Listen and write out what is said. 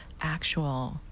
actual